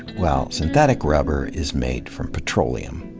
well, synthetic rubber is made from petroleum.